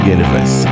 Universe